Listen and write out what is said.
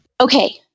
Okay